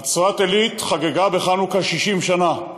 נצרת-עילית חגגה בחנוכה 60 שנה,